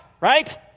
Right